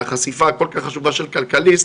על החשיפה החשובה של כלכליסט,